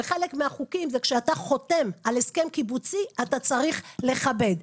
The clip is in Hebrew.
וחלק מהחוקים זה כשאתה חותם על הסכם קיבוצי אתה צריך לכבד.